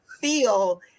feel